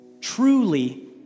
truly